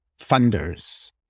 funders